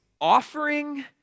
offering